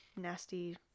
nasty